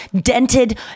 dented